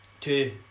two